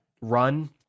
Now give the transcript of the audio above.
run